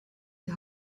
die